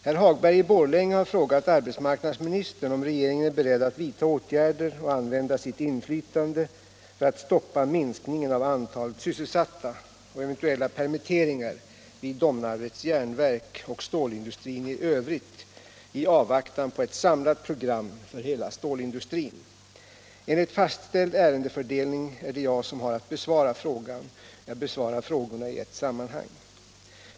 Herr Hagberg i Borlänge har frågat arbetsmarknadsministern om regeringen är beredd att vidta åtgärder och använda sitt inflytande för att stoppa minskningen av antalet sysselsatta och eventuella permitteringar vid Domnarvets Jernverk och stålindustrin i övrigt i avvaktan på ett samlat program för hela stålindustrin. Enligt fastställd ärendefördelning är det jag som har att besvara frågan. Jag besvarar frågorna i ett sammanhang.